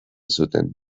zuten